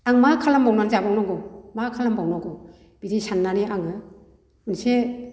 आं मा खालामबावनानै जाबावनांगौ मा खालामबावनांगौ बिदि साननानै आङो मोनसे